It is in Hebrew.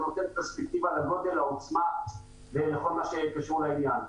זה נותן פרספקטיבה לגודל העוצמה ולכל מה שקשור לעניין.